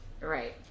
Right